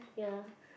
ya